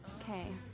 Okay